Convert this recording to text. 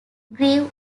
grew